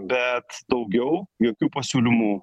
bet daugiau jokių pasiūlymų